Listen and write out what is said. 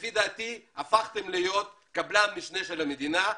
לפי דעתי, הפכתם להיות קבלן משנה של המדינה.